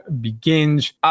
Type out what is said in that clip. begins